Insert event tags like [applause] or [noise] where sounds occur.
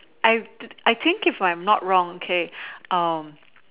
I I think if I'm not wrong okay [breath] um